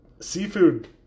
seafood